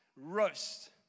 roast